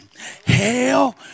Hell